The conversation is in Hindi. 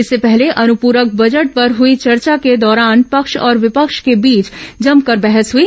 इससे पहले अनुप्रक बजट पर हुई चर्चा के दौरान पक्ष और विपक्ष के बीच जमकर बहस हुई